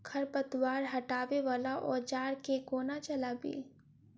खरपतवार हटावय वला औजार केँ कोना चलाबी?